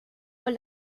con